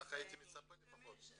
כך הייתי מצפה לפחות.